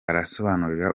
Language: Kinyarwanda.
arasobanura